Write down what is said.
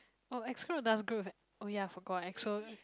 oh Exo does group have oh ya forget Exo